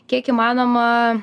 kiek įmanoma